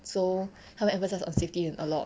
so 他们 emphasise on safety and a lot